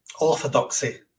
orthodoxy